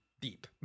deep